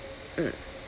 mm